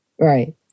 Right